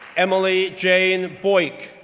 emily jane boyk,